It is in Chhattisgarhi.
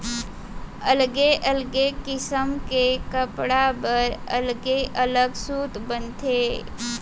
अलगे अलगे किसम के कपड़ा बर अलगे अलग सूत बनथे